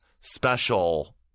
special